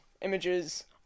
images